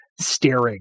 staring